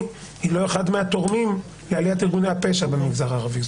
הוא לא אחד מהתורמים לעליית ארגוני הפשע במגזר הערבי.